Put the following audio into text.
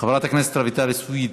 חברת הכנסת רויטל סויד,